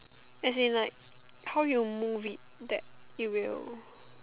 as in like how you move it that it will